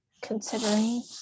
considering